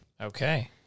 Okay